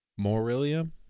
Morillium